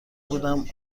بودم